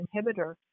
inhibitor